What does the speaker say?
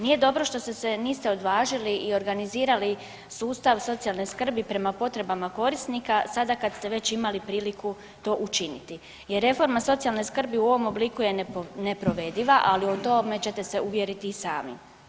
Nije dobro što se niste odvažili i organizirali sustav socijalne skrbi prema potrebama korisnika sada kad ste već imali priliku to učiniti jer reforma socijalne skrbi u ovom obliku je neprovediva, ali o tome ćeste se uvjeriti i sami.